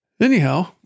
Anyhow